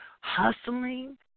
hustling